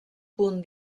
punt